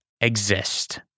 exist